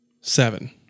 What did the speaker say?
Seven